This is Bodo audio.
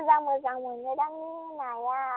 मोजां मोजां मोनो दां ने नाया